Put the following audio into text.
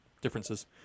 differences